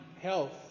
health